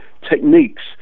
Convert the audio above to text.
techniques